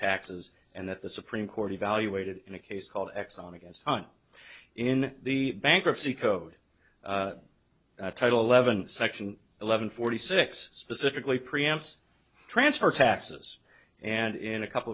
taxes and that the supreme court evaluated in a case called exxon against time in the bankruptcy code title eleven section eleven forty six specifically preempts transfer taxes and in a couple